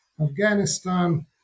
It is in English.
afghanistan